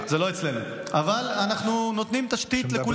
זה לא אצלנו, אבל אנחנו נותנים תשתית לכולם.